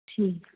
ਠੀਕ